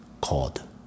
called